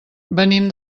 venim